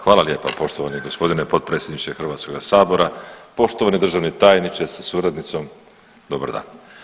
Hvala lijepa poštovani gospodine potpredsjedniče Hrvatskoga sabora, poštovani državni tajniče sa suradnicom, dobar dan.